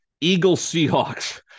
Eagles-Seahawks